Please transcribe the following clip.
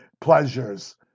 pleasures